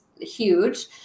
huge